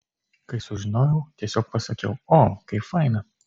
kai sužinojau tiesiog pasakiau o kaip faina